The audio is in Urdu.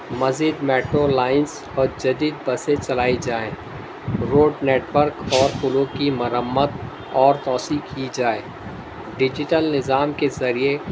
مزید میٹرو لائنس اور جدید بسیں چلائی جائیں روڈ نیٹورک اور پلوں کی مرمت اور توسیع کی جائے ڈیجیٹل نظام کے ذریعے